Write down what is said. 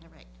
direct